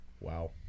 wow